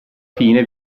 fine